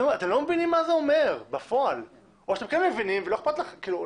אתם לא מבינים מה זה אומר בפועל או שאת כן מבינים ולא אכפת לכם.